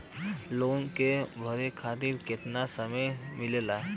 Loan के भरे खातिर कितना समय मिलेला?